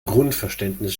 grundverständnis